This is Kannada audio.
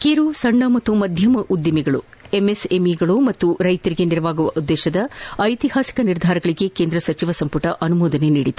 ಕಿರು ಸಣ್ಣ ಮತ್ತು ಮದ್ದಮ ಉದ್ದಿಮೆ ಎಂಎಸ್ಎಂಇಗಳು ಮತ್ತು ರೈತರಿಗೆ ನೆರವಾಗುವ ಉದ್ದೇಶದ ಐತಿಹಾಸಿಕ ನಿರ್ಧಾರಗಳಿಗೆ ಕೇಂದ್ರ ಸಚಿವ ಸಂಪುಟ ಅನುಮೋದನೆ ನೀಡಿದೆ